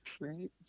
Right